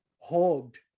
hogged